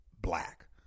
black